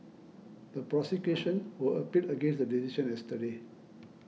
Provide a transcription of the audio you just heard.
the prosecution who appealed against the decision yesterday